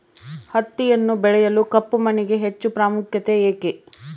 ಹತ್ತಿಯನ್ನು ಬೆಳೆಯಲು ಕಪ್ಪು ಮಣ್ಣಿಗೆ ಹೆಚ್ಚು ಪ್ರಾಮುಖ್ಯತೆ ಏಕೆ?